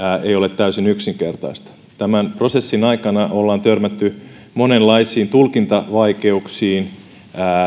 ei ole täysin yksinkertaista tämän prosessin aikana ollaan törmätty monenlaisiin tulkintavaikeuksiin